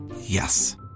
Yes